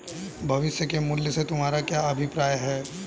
भविष्य के मूल्य से तुम्हारा क्या अभिप्राय है?